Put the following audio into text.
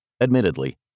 Admittedly